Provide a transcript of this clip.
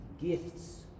gifts